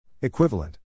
Equivalent